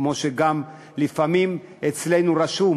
כמו שגם לפעמים אצלנו רשום,